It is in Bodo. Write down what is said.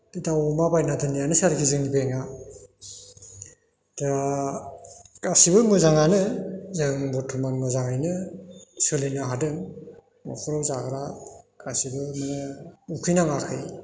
दाउ अमा बायनानै दोननायानो आरोखि जोंनि बेंकआ दा गासैबो मोजाङानो जों बरथ'मान मोजाङैनो सोलिनो हादों न'खराव जाग्रा गासैबो नोङो उखैनाङाखै